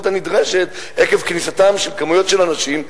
הנדרשת עקב כניסתם של כמויות של אנשים,